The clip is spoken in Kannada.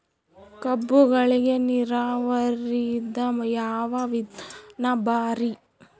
ಕಬ್ಬುಗಳಿಗಿ ನೀರಾವರಿದ ಯಾವ ವಿಧಾನ ಭಾರಿ?